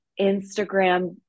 Instagram